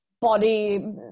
body